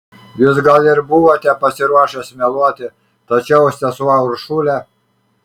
jūs gal ir buvote pasiruošęs meluoti tačiau sesuo uršulė